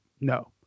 no